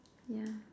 yeah